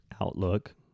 outlook